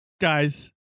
Guys